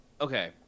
okay